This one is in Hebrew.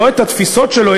לא את התפיסות שלו,